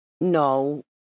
No